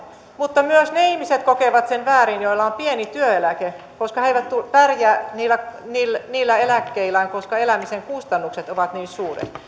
mutta myös ne ihmiset kokevat sen väärin joilla on pieni työeläke koska he eivät pärjää niillä eläkkeillään koska elämisen kustannukset ovat niin suuret